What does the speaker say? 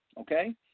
Okay